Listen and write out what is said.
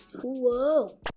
Whoa